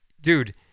dude